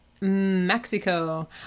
Mexico